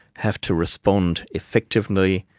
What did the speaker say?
have to respond effectively,